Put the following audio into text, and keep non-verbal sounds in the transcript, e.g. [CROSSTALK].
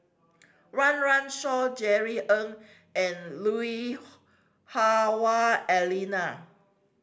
Run Run Shaw Jerry Ng and Lui [UNINTELLIGIBLE] Hah Wah Elena